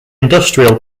industrial